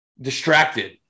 distracted